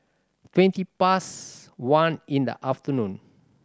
twenty past one in the afternoon